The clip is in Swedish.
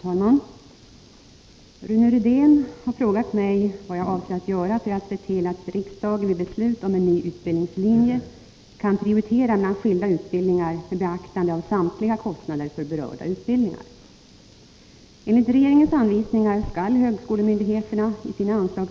Herr talman! Rune Rydén har frågat vad jag avser att göra för att se till att riksdagen vid beslut om en ny utbildningslinje kan prioritera mellan skilda utbildningar med beaktande av samtliga kostnader för berörda utbildningar.